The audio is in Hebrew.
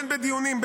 בין בדיונים,